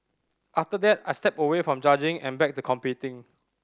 after that I stepped away from judging and back to competing